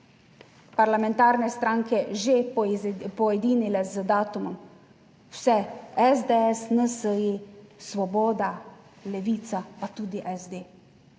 parlamentarne stranke že poedinile z datumom, vse; SDS, NSi, Svoboda, Levica, pa tudi SD.